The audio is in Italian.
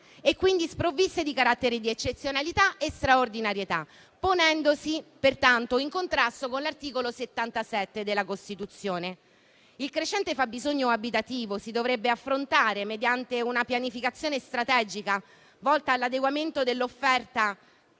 e quindi sprovviste di carattere di eccezionalità e straordinarietà, ponendosi pertanto in contrasto con l'articolo 77 della Costituzione. Il crescente fabbisogno abitativo si dovrebbe affrontare mediante una pianificazione strategica volta all'adeguamento dell'offerta